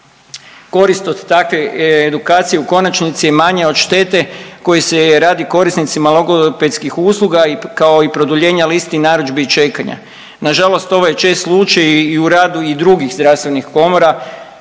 Korist od takve edukacije u konačnici je manja od štete koje se radi korisnicima logopedskih usluga kao i produljenja listi narudžbi i čekanja. Nažalost ovo je čest slučaj i u radu i drugih zdravstvenih komora.